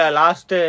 last